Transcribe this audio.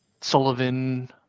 sullivan